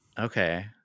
Okay